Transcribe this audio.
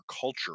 culture